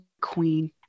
queen